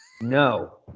No